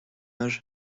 âge